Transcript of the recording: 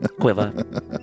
quiver